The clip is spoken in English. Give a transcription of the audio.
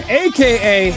aka